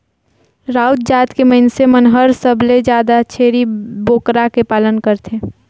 राउत जात के मइनसे मन हर सबले जादा छेरी बोकरा के पालन करथे